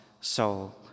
soul